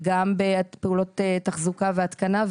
גם בפעולות תחזוקה והתקנה,